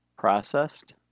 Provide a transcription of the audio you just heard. processed